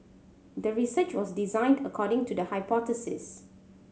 the research was designed according to the hypothesis